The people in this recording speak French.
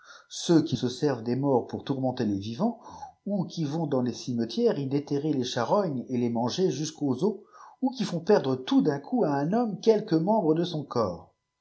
ceux oui se servent des morts pour tourmenter les vivants ou qui vont dans les cimetières y déterrer les charognes et les manger jusqu'aux os ou qui font perdre tout d'un coup à un homme quelque membre de son corps